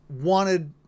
wanted